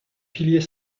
pilier